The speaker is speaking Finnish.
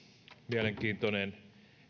mielenkiintoinen